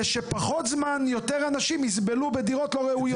שפחות זמן יותר אנשים יסבלו בדירות לא ראויות.